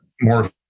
more